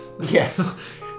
Yes